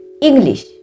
English